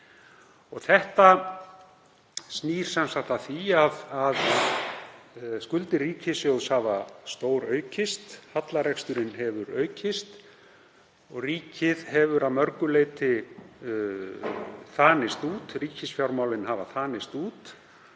Þetta snýr sem sagt að því að skuldir ríkissjóðs hafa stóraukist, hallareksturinn hefur aukist og ríkið hefur að mörgu leyti þanist út, ríkisfjármálin hafa þanist út.